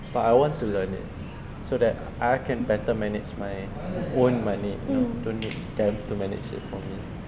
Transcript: but I want to learn it so that I can better manage my own money don't need them to manage it for me